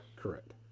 correct